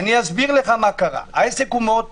אני אסביר לך מה קרה, העסק הוא מאוד פשוט.